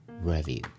Review